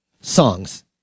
songs